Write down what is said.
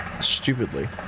stupidly